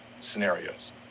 scenarios